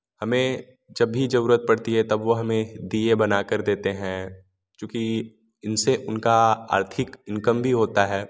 हमें जब भी ज़रूरत पड़ती है तब वो हमें दिए बना कर देते हैं चूँकि इन से उनका आर्थिक इनकम भी होती है